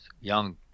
young